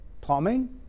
Plumbing